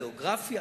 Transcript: גיאוגרפיה.